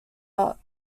wife